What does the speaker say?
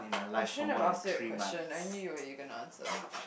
I shouldn't have asked you that question I knew you what you're going to answer